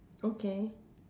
okay